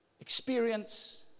experience